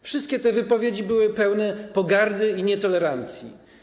Wszystkie te wypowiedzi były pełne pogardy i nietolerancji.